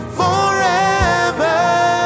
forever